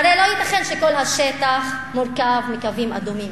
הרי לא ייתכן שכל השטח מורכב מקווים אדומים,